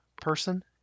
person